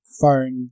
phone